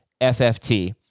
FFT